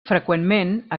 freqüentment